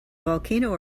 volcano